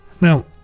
Now